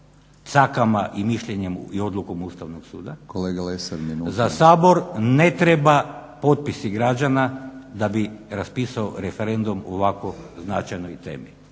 Batinić: Kolega Lesar, minuta./… … za Sabor ne treba potpisi građana da bi raspisao referendum o ovako značajnoj temi.